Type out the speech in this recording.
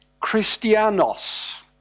Christianos